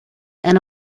and